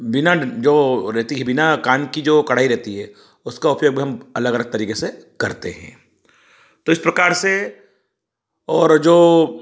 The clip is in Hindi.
बिना ड जो रहती है बिना कान की जो कड़ाही रहती है उसका उपयोग भी हम अलग अलग तरीके से करते हैं तो इस प्रकार से और जो